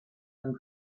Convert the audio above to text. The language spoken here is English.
and